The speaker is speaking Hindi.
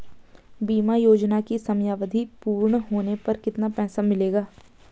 बीमा योजना की समयावधि पूर्ण होने पर कितना पैसा मिलेगा?